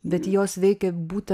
bet jos veikia